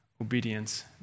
obedience